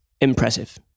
impressive